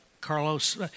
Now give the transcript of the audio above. Carlos